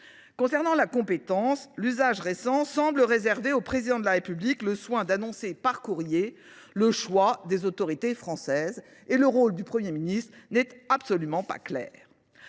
l’autorité compétente, l’usage récent semble réserver au Président de la République le soin d’annoncer par courrier le choix des autorités françaises, et le rôle du Premier ministre n’est absolument pas clair.